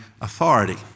authority